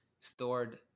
stored